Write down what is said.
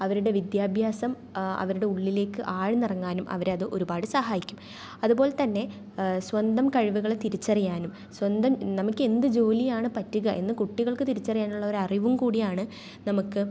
അവരുടെ വിദ്യാഭ്യാസം അവരുടെ ഉള്ളിലേക്ക് ആഴ്ന്നിറങ്ങാനും അവരത് ഒരുപാട് സഹായിക്കും അതുപോലെ തന്നെ സ്വന്തം കഴിവുകളെ തിരിച്ചറിയാനും സ്വന്തം നമുക്ക് എന്ത് ജോലിയാണ് പറ്റുക എന്ന് കുട്ടികൾക്ക് തിരിച്ചറിയാനുള്ള ഒരറിവും കൂടിയാണ് നമുക്ക്